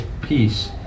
peace